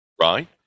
right